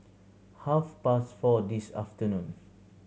half past four this afternoon